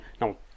No